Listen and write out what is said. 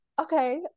okay